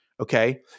Okay